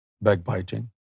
backbiting